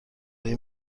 این